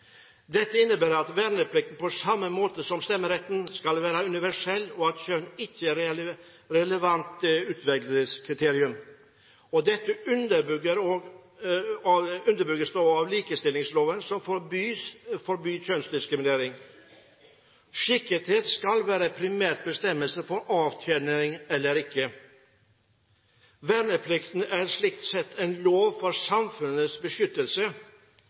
Dette innebærer at verneplikten – på samme måte som stemmeretten – skal være universell, og at kjønn ikke er et relevant utvelgelseskriterium. Dette underbygges av likestillingsloven, som forbyr kjønnsdiskriminering. Skikkethet skal være primært bestemmende for avtjening eller ikke. Verneplikten er slik sett en lov for samfunnets beskyttelse,